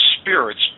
spirits